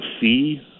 see